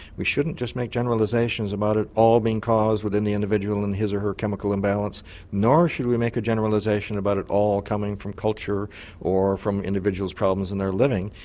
we shouldn't just make generalisations about it all being caused within the individual and his or her chemical imbalance nor should we make a generalisation about it all coming from culture or from individual's problems in their living,